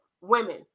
women